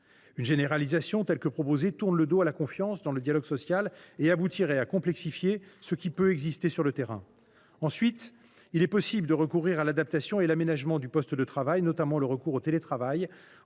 tel que cela est proposé, tournerait le dos à la confiance dans le dialogue social et aboutirait à complexifier ce qui peut exister sur le terrain. Ensuite, il est possible de recourir à l’adaptation et à l’aménagement du poste de travail, et notamment au télétravail,